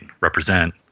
represent